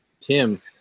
Tim